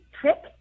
trick